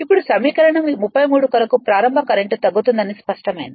ఇప్పుడు సమీకరణం 33 కొరకు ప్రారంభ కరెంట్ తగ్గుతుందని స్పష్టమైంది